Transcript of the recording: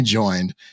joined